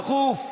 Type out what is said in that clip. דחוף.